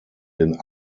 den